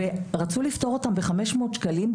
רצו לפטור אותם ב-500 שקלים,